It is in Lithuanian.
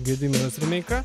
gediminas rimeika